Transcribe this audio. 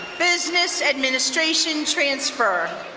business administration transfer.